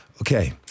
Okay